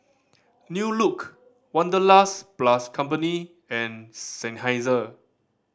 New Look Wanderlust Plus Company and Seinheiser